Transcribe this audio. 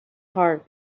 heart